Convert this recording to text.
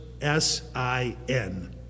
S-I-N